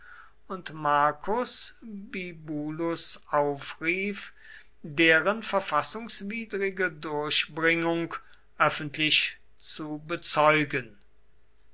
und marcus bibulus aufrief deren verfassungswidrige durchbringung öffentlich zu bezeugen